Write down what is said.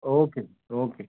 okay okay